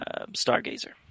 Stargazer